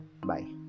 Bye